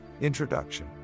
Introduction